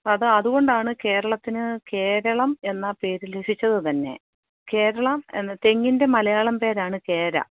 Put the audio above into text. അത് അതുകൊണ്ടാണ് കേരളത്തിന് കേരളം എന്ന പേര് ലഭിച്ചത് തന്നെ കേരളം എന്ന തെങ്ങിൻ്റെ മലയാളം പേരാണ് കേര